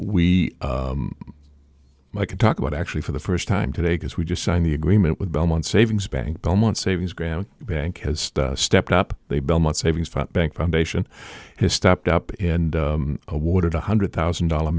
we can talk about actually for the first time today because we just signed the agreement with belmont savings bank belmont savings gram bank has stepped up the belmont savings bank foundation has stepped up and awarded one hundred thousand dollar